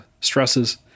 stresses